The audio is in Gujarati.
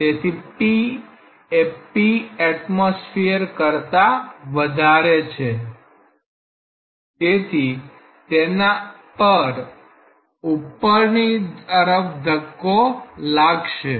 તેથી p એ Patm કરતા વધારે છે તેથી તેના પર ઉપરની તરફ ધક્કો લાગશે